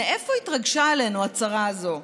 מאיפה התרגשה עלינו הצרה הזו?